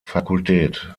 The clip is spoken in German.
fakultät